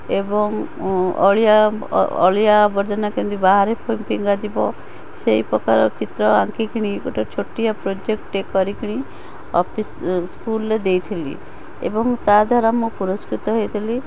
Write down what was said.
ଏବଂ ଅଳିଆ ଅଳିଆ ଆବର୍ଜନା କେମିତି ବାହାରେ ଫିଙ୍ଗା ଯିବ ସେଇ ପ୍ରକାର ଚିତ୍ର ଆଙ୍କିକିନି ଗୋଟିଏ ଛୋଟିଆ ପ୍ରୋଜେକ୍ଟଟେ କରିକିଣି ଅଫିସ୍ ସ୍କୁଲ୍ରେ ଦେଇଥିଲି ଏବଂ ତା'ଦ୍ଵାରା ମୁଁ ପୁରସ୍କୃତ ହେଇଥିଲି